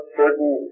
certain